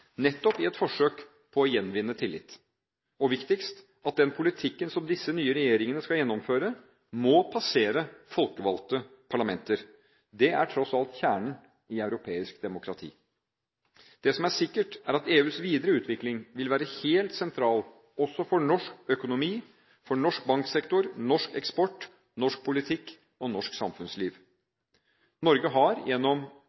nettopp i et forsøk på å gjenvinne tillit. Og viktigst: at den politikken som disse nye regjeringene skal gjennomføre, må passere folkevalgte parlamenter. Det er tross alt kjernen i europeisk demokrati. Det som er sikkert, er at EUs videre utvikling vil være helt sentral også for norsk økonomi – for norsk banksektor, norsk eksport, norsk politikk og norsk samfunnsliv. Norge har, gjennom